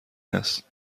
است